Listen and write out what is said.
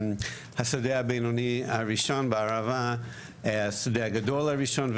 השדה הבינוני הראשון בערבה היה השדה הגדול הראשון,